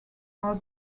are